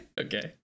Okay